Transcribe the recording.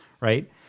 Right